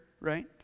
right